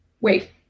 Wait